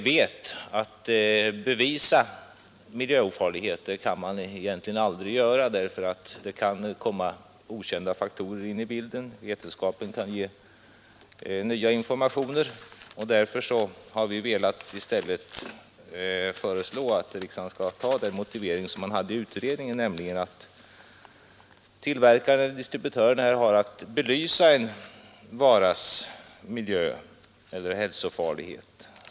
Men vi vet att man egentligen aldrig kan bevisa miljöofarlighet; det kan komma okända faktorer in i bilden, vetenskapen kan ge nya informationer. Därför har vi föreslagit att riksdagen i stället skall bifalla utredningens motivering, nämligen att tillverkaren-distributören har att belysa en varas miljöeller hälsofarlighet.